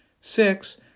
Six